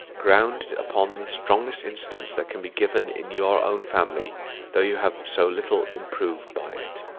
grounded upon the strongest instance that can be given in your own family though you have so little improved by it.